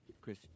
Chris